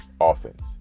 offense